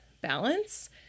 balance